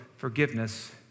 Forgiveness